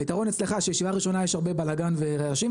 היתרון אצלך שישיבה ראשונה יש הרבה בלגאן ורעשים.